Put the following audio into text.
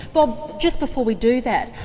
bob, just before we do that,